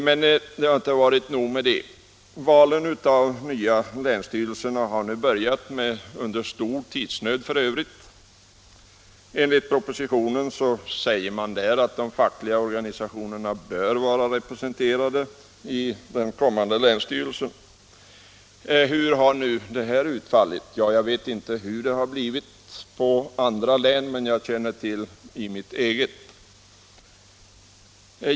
Men det har inte varit nog med detta. Valen av de nya länsstyrelserna har nu börjat — f. ö. under stor tidsnöd. Enligt propositionen bör de fackliga organisationerna vara representerade i de kommande länsstyrelserna. Hur har nu det utfallit? Jag vet inte hur det har blivit i andra län, men jag känner till mitt eget.